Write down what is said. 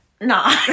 Nah